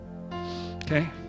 Okay